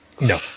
No